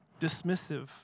dismissive